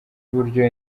uburyo